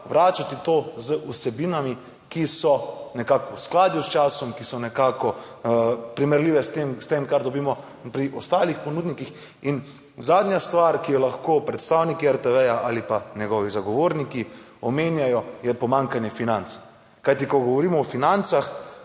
vračati to z vsebinami, ki so nekako v skladu s časom, ki so nekako primerljive s tem, s tem kar dobimo pri ostalih ponudnikih. In zadnja stvar, ki jo lahko predstavniki RTV ali pa njegovi zagovorniki omenjajo, je pomanjkanje financ, kajti ko govorimo o financah,